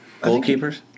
Goalkeepers